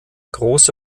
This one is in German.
große